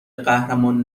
قهرمان